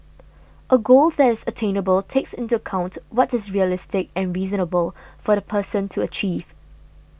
a goal that is attainable takes into account what is realistic and reasonable for the person to achieve